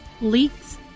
leaks